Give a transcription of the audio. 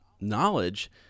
knowledge